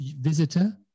visitor